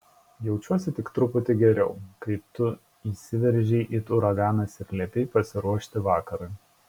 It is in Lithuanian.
jaučiausi tik truputį geriau kai tu įsiveržei it uraganas ir liepei pasiruošti vakarui